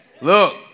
Look